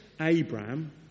Abraham